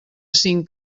cinc